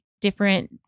different